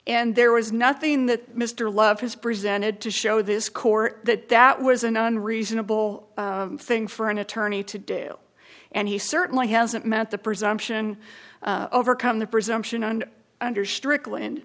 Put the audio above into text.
and there was nothing that mr love has presented to show this court that that was an unreasonable thing for an attorney to do and he certainly hasn't met the presumption overcome the presumption and under stric